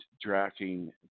drafting